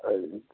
hello